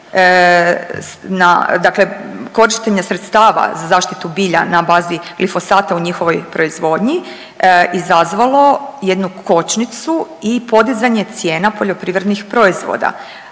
dakle korištenje sredstava za zaštitu bilja na bazi glifosata u njihovoj proizvodnji izazvalo jednu kočnicu i podizanje cijena poljoprivrednih proizvoda.